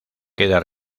queda